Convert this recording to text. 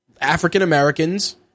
African-Americans